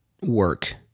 work